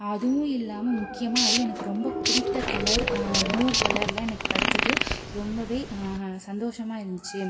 அதுவும் இல்லாமல் முக்கியமாக அதுவும் எனக்கு ரொம்ப பிடித்த கலர் ப்ளூ கலரில் எனக்கு கிடைச்சது ரொம்பவே சந்தோஷமாக இருந்துச்சு